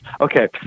Okay